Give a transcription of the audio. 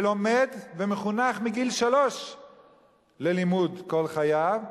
ולומד ומחונך מגיל שלוש ללימוד כל חייו,